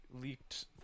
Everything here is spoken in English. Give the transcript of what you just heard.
Leaked